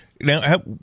Now